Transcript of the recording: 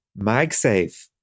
MagSafe